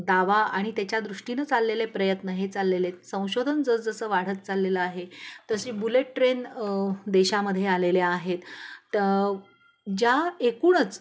दावा आणि त्याच्या दृष्टीनें चाललेले प्रयत्न हे चाललेले आहेत संशोधन जर जसं वाढत चाललेलं आहे तशी बुलेट ट्रेन देशामध्ये आलेल्या आहेत त ज्या एकूणच